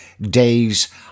Days